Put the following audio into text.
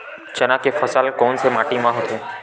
चना के फसल कोन से माटी मा होथे?